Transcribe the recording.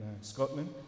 Scotland